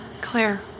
Claire